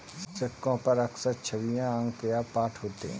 सिक्कों पर अक्सर छवियां अंक या पाठ होते हैं